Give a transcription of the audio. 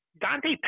Dante